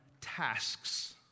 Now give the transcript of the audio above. tasks